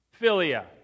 philia